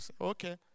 Okay